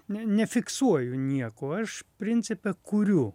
ne nefiksuoju nieko aš principe kuriu